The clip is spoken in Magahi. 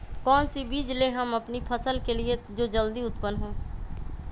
कौन सी बीज ले हम अपनी फसल के लिए जो जल्दी उत्पन हो?